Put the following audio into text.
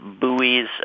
buoys